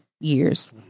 Years